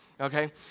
okay